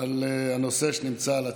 על הנושא שנמצא על הצג,